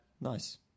Nice